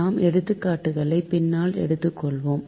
நாம் எடுத்துக்காட்டுகளை பின்னால் எடுத்துக்கொள்வோம்